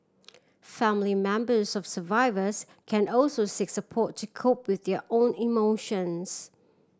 family members serve survivors can also seek support to cope with their own emotions